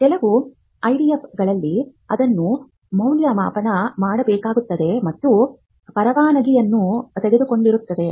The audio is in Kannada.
ಕೆಲವು ಐಡಿಎಫ್ಗಳಲ್ಲಿ ಅದನ್ನು ಮೌಲ್ಯಮಾಪನ ಮಾಡಬೇಕಾಗುತ್ತದೆ ಮತ್ತು ಪರವಾನಗಿಯನ್ನು ಒಳಗೊಂಡಿರುತ್ತದೆ